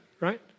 right